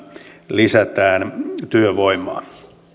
lisätään työvoimaa